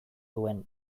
duen